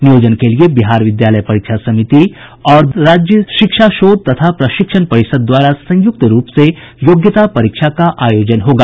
नियोजन के लिए बिहार विद्यालय परीक्षा समिति और राज्य शिक्षा शोध तथा प्रशिक्षण परिषद द्वारा संयुक्त रूप से योग्यता परीक्षा का आयोजन होगा